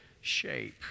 shape